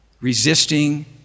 resisting